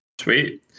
Sweet